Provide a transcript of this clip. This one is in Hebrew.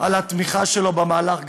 על התמיכה שלו במהלך,